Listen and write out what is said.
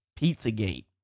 Pizzagate